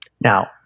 Now